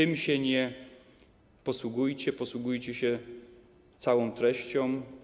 Tym się nie posługujcie, posługujcie się całą treścią.